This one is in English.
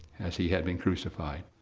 as he had been crucified.